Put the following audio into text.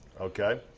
Okay